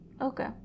okay